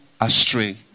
astray